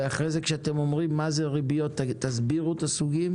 ואחרי זה כשאתם אומרים מה זה ריביות תסבירו את הסוגים